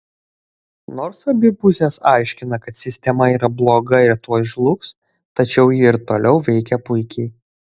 nors abi pusės aiškina kad sistema yra bloga ir tuoj žlugs tačiau ji ir toliau veikia puikiai